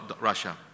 Russia